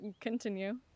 Continue